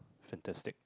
fantastic